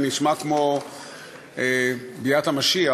זה נשמע כמו ביאת המשיח,